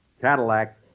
Cadillac